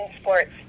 sports